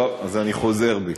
טוב, אז אני חוזר בי.